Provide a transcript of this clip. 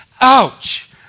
Ouch